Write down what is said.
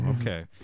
okay